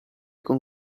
con